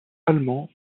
allemand